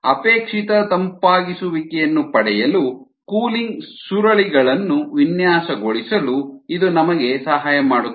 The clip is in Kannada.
ಅಪೇಕ್ಷಿತ ತಂಪಾಗಿಸುವಿಕೆಯನ್ನು ಪಡೆಯಲು ಕೂಲಿಂಗ್ ಸುರುಳಿಗಳನ್ನು ವಿನ್ಯಾಸಗೊಳಿಸಲು ಇದು ನಮಗೆ ಸಹಾಯ ಮಾಡುತ್ತದೆ